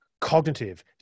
cognitive